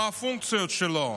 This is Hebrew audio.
מה הפונקציות שלו?